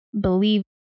believe